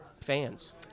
fans